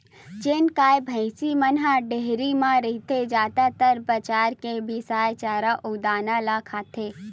जेन गाय, भइसी मन ह डेयरी म रहिथे जादातर बजार के बिसाए चारा अउ दाना ल खाथे